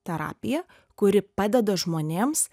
terapiją kuri padeda žmonėms